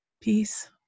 peace